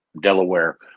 Delaware